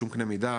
בשום קנה מידה,